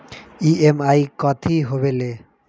EMI कथी होवेले?